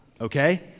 okay